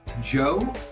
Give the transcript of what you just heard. Joe